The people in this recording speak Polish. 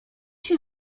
się